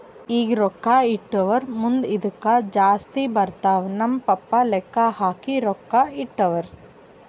ಈಗ ರೊಕ್ಕಾ ಇಟ್ಟುರ್ ಮುಂದ್ ಇದ್ದುಕ್ ಜಾಸ್ತಿ ಬರ್ತಾವ್ ನಮ್ ಪಪ್ಪಾ ಲೆಕ್ಕಾ ಹಾಕಿ ರೊಕ್ಕಾ ಇಟ್ಟಾರ್